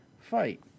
fight